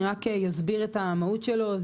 אני רק אסביר את המהות שלו.